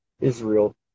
Israel